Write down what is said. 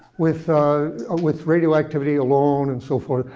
with ah with radioactivity alone and so forth.